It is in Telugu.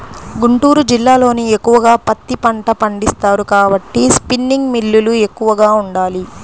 గుంటూరు జిల్లాలోనే ఎక్కువగా పత్తి పంట పండిస్తారు కాబట్టి స్పిన్నింగ్ మిల్లులు ఎక్కువగా ఉండాలి